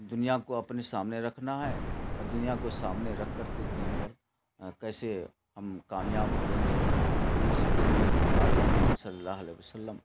دنیا کو اپنے سامنے رکھنا ہے اور دنیا کو سامنے رکھ کر کے دین پر کیسے ہم کامیاب ہوئیں گے اس کے لیے ہمارے حضور صلی اللہ علیہ وسلم